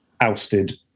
ousted